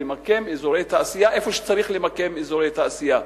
מיקום אזורי תעשייה איפה שצריך למקם אזורי תעשייה,